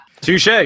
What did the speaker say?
Touche